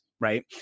right